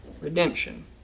Redemption